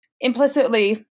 implicitly